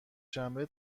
شنبه